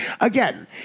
Again